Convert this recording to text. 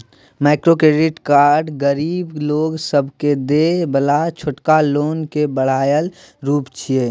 micro credit गरीब लोक सबके देय बला छोटका लोन के बढ़ायल रूप छिये